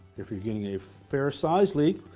if you're getting a fair-sized leak,